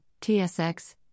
TSX